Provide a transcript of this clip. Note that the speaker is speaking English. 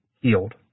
healed